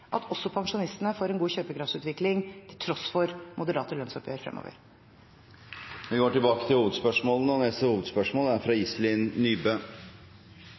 at også pensjonistene får en god kjøpekraftsutvikling til tross for moderate lønnsoppgjør fremover. Vi går videre til neste hovedspørsmål. Mitt spørsmål går til kunnskapsministeren. I Bydel Gamle Oslo er